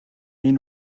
энэ